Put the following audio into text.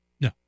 No